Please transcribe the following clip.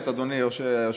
אדוני היושב-ראש,